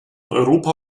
europa